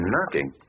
Knocking